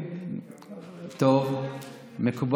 במקום המילה "כמויות" המילה "מספרים".